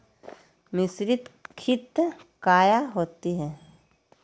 मिसरीत खित काया होती है?